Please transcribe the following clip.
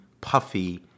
puffy